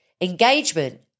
engagement